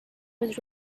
was